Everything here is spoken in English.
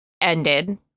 ended